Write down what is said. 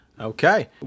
okay